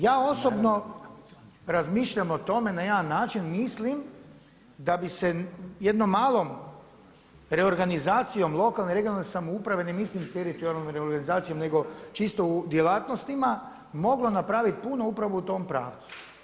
Ja osobno razmišljam o tome na jedan način, mislim da bi se jednom malom reorganizacijom lokalne i regionalne samouprave, ne mislim teritorijalnom reorganizacijom nego čisto u djelatnostima moglo napraviti puno upravo u tom pravcu.